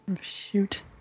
Shoot